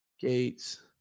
Gates